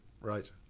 Right